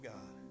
God